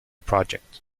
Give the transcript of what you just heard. project